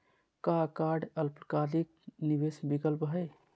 का काई अल्पकालिक निवेस विकल्प हई?